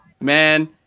Man